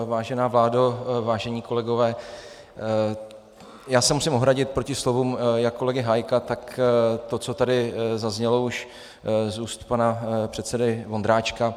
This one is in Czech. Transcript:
Vážená vládo, vážení kolegové, já se musím ohradit proti slovům jak kolegy Hájka, tak to, co tady zaznělo už z úst pana předsedy Vondráčka.